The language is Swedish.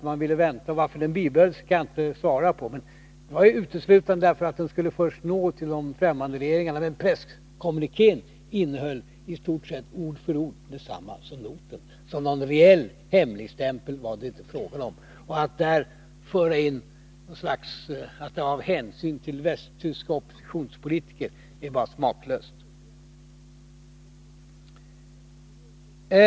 Jag skall inte svara på frågan varför den bibehölls, men anledningen till att den över huvud taget fanns var att man först ville nå fram till de ffträmmande regeringarna. Men presskommunikén innehåller i stort sett ord för ord detsamma som noten. Det var alltså inte fråga om någon reell hemligstämpel. Att här göra påståenden om att skälet till hemligstämpeln skulle vara hänsyn till västtyska oppositionspolitiker är bara smaklöst.